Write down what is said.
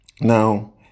Now